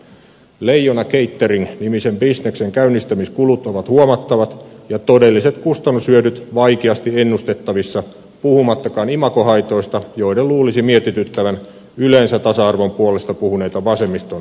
leijona catering nimisen bisneksen käynnistämiskulut ovat huomattavat ja todelliset kustannushyödyt vaikeasti ennustettavissa puhumattakaan imagohaitoista joiden luulisi mietityttävän yleensä tasa arvon puolesta puhuneita vasemmiston edustajiakin